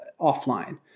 offline